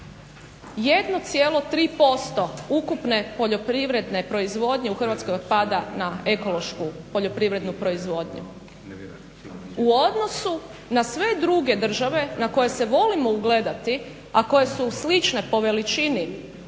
1,3% ukupne poljoprivredne proizvodnje u Hrvatskoj otpada na ekološku poljoprivrednu proizvodnju. U odnosu na sve druge države na koje se volimo ugledati, a koje su slične po veličini